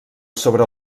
sobre